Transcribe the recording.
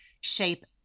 shape